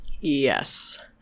Yes